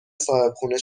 صاحبخونه